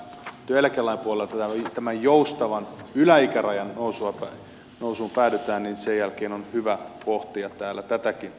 jos työeläkelain puolella tämän joustavan yläikärajan nousuun päädytään sen jälkeen on hyvä pohtia täällä tätäkin